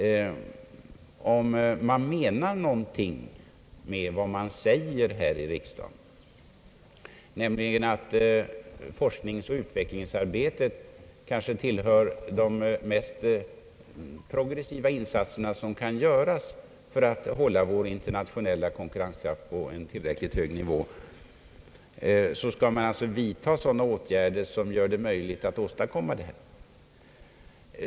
Om man menar någonting med vad man säger här i riksdagen, nämligen att forskningsoch = utvecklingsarbetet kanske tillhör de mest progressiga insatserna som kan göras för att hålla vår internationella konkurrenskraft på en tillräckligt hög nivå, skall man vidta sådana åtgärder som gör det möjligt att åstadkomma dessa insatser.